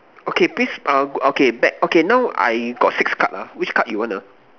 okay please uh okay back okay now I got six card ah which card you want uh